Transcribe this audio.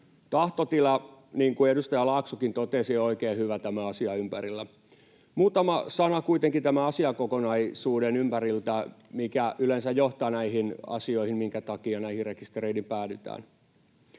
Tahtotila, niin kuin edustaja Laaksokin totesi, on oikein hyvä tämän asian ympärillä. Muutama sana kuitenkin tämän asiakokonaisuuden ympäriltä siitä, mikä yleensä johtaa näihin asioihin, minkä takia näihin rekistereihin päädytään.